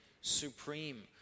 supreme